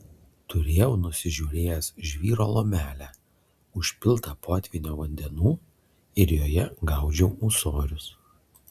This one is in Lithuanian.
turėjau nusižiūrėjęs žvyro lomelę užpiltą potvynio vandenų ir joje gaudžiau ūsorius